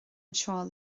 anseo